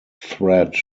threat